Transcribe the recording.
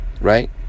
Right